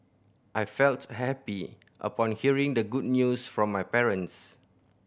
I felt happy upon hearing the good news from my parents